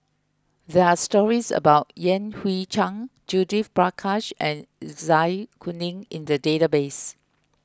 there are stories about Yan Hui Chang Judith Prakash and Zai Kuning in the database